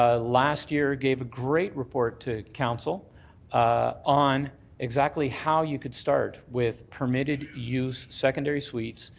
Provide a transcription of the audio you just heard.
ah last year gave a great report to council on exactly how you could start with permitted use, secondary suites,